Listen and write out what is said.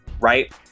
right